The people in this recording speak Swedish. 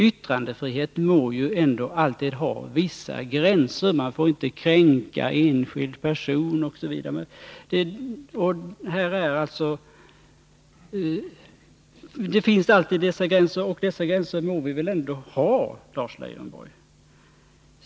Yttrandefriheten måste ändå alltid ha vissa gränser — man får inte kränka enskild person osv. Dessa gränser finns, och dem må vi väl ändå ha, Lars Lejonborg.